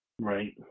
Right